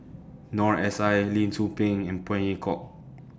Noor S I Lee Tzu Pheng and Phey Yew Kok